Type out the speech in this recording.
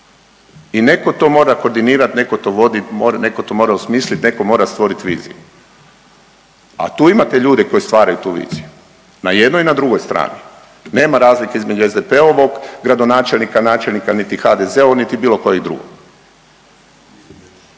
I netko to mora koordinirati, netko to mora osmisliti, netko mora stvoriti viziju. A tu imate ljude koji stvaraju tu viziju na jednoj i na drugoj strani. Nema razlike između SDP-ovog gradonačelnika, načelnika, niti HDZ-ovog, niti bilo kojeg drugog.